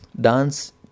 dance